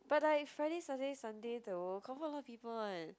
but like Friday Saturday Sunday though confirm a lot of people [one]